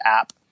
app